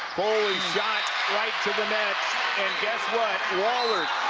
foley dives right to the net and guess what, wahlert